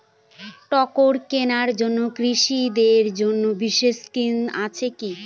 Tractor কেনার জন্য কৃষকদের জন্য বিশেষ স্কিম আছে কি?